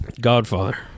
Godfather